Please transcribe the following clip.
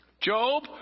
Job